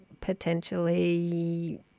potentially